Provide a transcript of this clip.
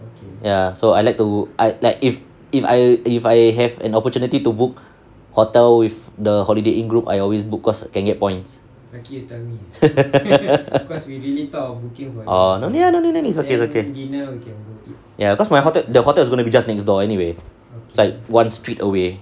ya so I like to I like if if I if I have an opportunity to book hotel with the Holiday Inn group I always book cause can get points oh no need lah no need no it's okay ya cause my hotel the hotel is going to be just next door anyway is like one street away